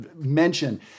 mention